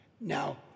Now